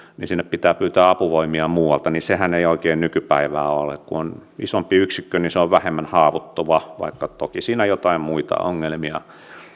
sinne pitää pyytää apuvoimia muualta ja sehän ei oikein nykypäivää ole kun on isompi yksikkö se on vähemmän haavoittuva vaikka toki siinä jotain muita ongelmia